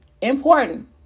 important